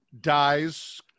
dies